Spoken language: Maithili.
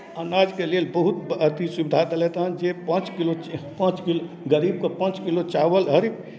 अनाजके लेल बहुत अथि सुविधा देलथि हँ जे पाँच किलो पाँच किलो गरीबके पाँच किलो चावल हरेक